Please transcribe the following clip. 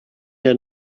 der